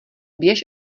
běž